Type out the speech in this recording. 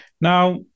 Now